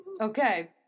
Okay